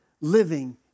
living